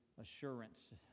assurance